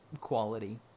quality